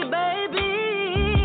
baby